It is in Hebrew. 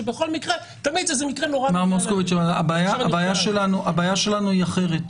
שכל מקרה הוא תמיד איזה מקרה נורא --- הבעיה שלנו היא אחרת.